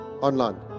online